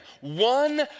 one